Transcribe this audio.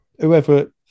whoever